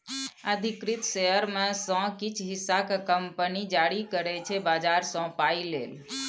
अधिकृत शेयर मे सँ किछ हिस्सा केँ कंपनी जारी करै छै बजार सँ पाइ लेल